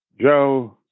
Joe